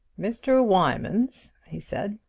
mr. wymans, he said,